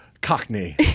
Cockney